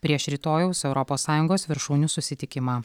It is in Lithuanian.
prieš rytojaus europos sąjungos viršūnių susitikimą